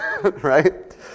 right